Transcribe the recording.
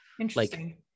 Interesting